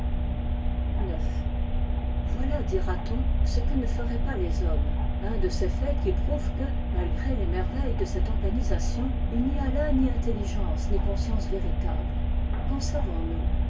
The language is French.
ix voilà dira-t-on ce que ne feraient pas le hommes un de ces faits qui prouvent q e malgré les merveilles de cette organisation i n'y a là ni intelligence ni conscience véritable qu'en savons-nous